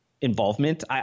involvement